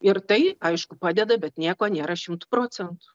ir tai aišku padeda bet nieko nėra šimtu procentų